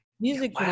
music